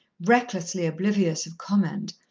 recklessly oblivious of comment,